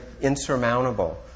insurmountable